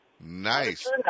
nice